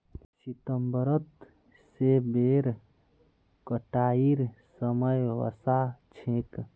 सितंबरत सेबेर कटाईर समय वसा छेक